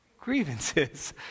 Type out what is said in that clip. Grievances